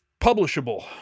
publishable